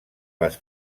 les